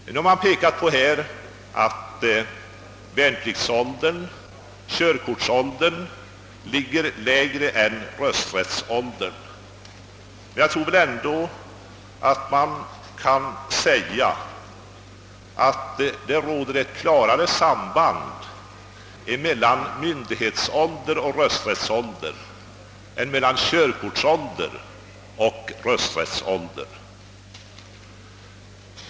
Det har här framhållits att värnpliktsoch körkortsåldern är lägre än rösträttsåldern, men jag tror att det ändå är på det sättet, att det råder ett klarare samband mellan myndighetsoch rösträttsålder än mellan körkortsoch rösträttsålder.